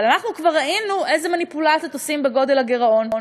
אבל אנחנו כבר ראינו איזה מניפולציות עושים בגודל הגירעון.